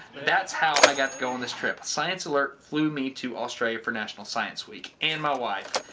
that's how i got to go on this trip. science alert flew me to australia for national science week, and my wife,